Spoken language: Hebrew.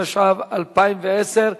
התשע"ב 2012,